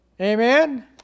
Amen